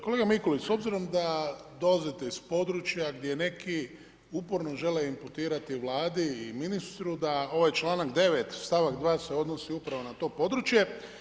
Kolega Mikulić s obzirom da dolazite iz područja gdje neki uporno žele imputirati Vladi i ministru da ovaj članak 9. stavak 2. se odnosi upravo na to područje.